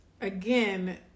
again